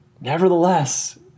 Nevertheless